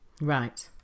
right